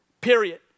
period